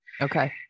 Okay